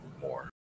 more